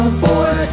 boy